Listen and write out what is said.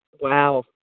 wow